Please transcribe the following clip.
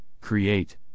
create